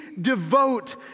devote